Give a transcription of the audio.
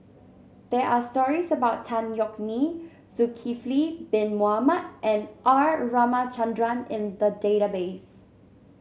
there are stories about Tan Yeok Nee Zulkifli Bin Mohamed and R Ramachandran in the database